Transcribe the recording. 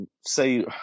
say